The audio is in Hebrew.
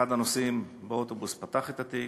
אחד הנוסעים באוטובוס פתח את התיק,